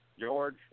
George